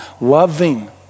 loving